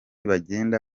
bagenda